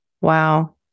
Wow